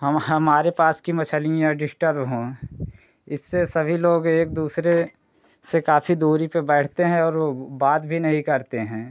हम हमारे पास की मछलियाँ डिश्टर्ब हों इससे सभी लोग एक दूसरे से काफ़ी दूरी पर बैठते हैं और वह बात भी नहीं करते हैं